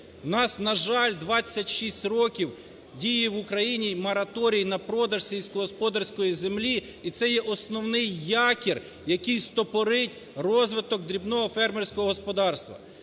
У нас, на жаль, 26 років діє в Україні мораторій на продаж сільськогосподарської землі, і це є основний якір, який стопорить розвиток дрібного фермерського господарства.